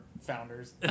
founders